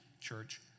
church